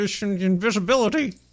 invisibility